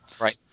right